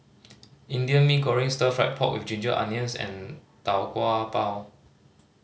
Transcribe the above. Indian Mee Goreng Stir Fried Pork With Ginger Onions and Tau Kwa Pau